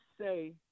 say